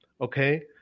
okay